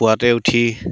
পুৱাতে উঠি